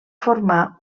formar